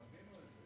תבינו את זה.